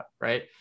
right